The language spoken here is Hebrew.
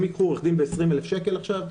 הם ייקחו עו"ד ב-20,000 שקל עכשיו?